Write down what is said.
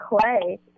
Clay